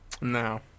No